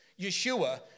Yeshua